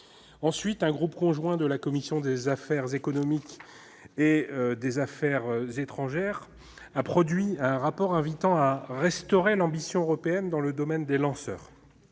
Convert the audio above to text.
; un groupe conjoint à la commission des affaires économiques et à la commission des affaires étrangères a produit un rapport invitant à restaurer l'ambition européenne dans le domaine des lanceurs